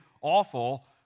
awful